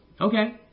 okay